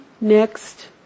next